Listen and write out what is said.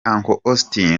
austin